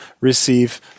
receive